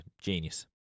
Genius